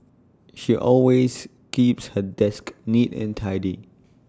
she always keeps her desk neat and tidy